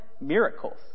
miracles